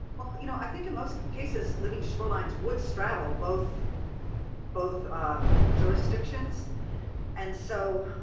well, you know, i think, in most cases, living shorelines would straddle both both jurisdictions and so